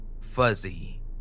fuzzy